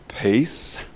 peace